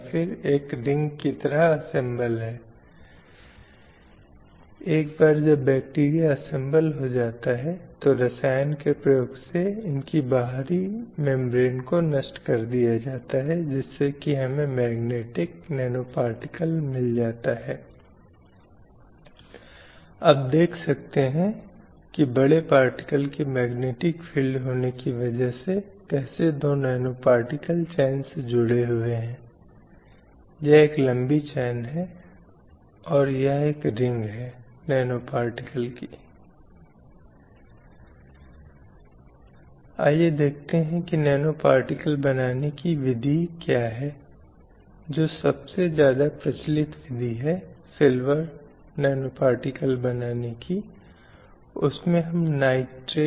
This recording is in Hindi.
क्योंकि लड़कियों से अपेक्षा की जाती है कि वे जो कहती-बोलती हैं उसके संदर्भ में बहुत कोमल हों क्योंकि उनसे उम्मीद की जाती है कि वे विनम्र बनेंगी इसलिए यदि लड़का अडिग हो जाता है और किसी चीज पर जोर देता है तो परिवार को लगता है कि जरूरी है कि वह इच्छा पूरी करें या उस लड़के की मांग लेकिन अगर वह लड़की की तरफ से आती है तो यह भावना या समझ है कि उसे परिवार की इच्छा स्वीकार करनी होगी इसलिए यदि उसे नहीं दिया जाना चाहिए तो उसे यह अवश्य समझाया जाता है कि वह सब कुछ जो आपने मांगा है नहीं दिया जा सकता है और बड़े हित के लिए आप को अपनी इच्छाओं को वश में करना सीखना होगा